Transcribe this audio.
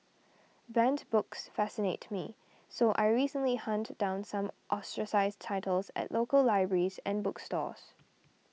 banned books fascinate me so I recently hunted down some ostracised titles at local libraries and bookstores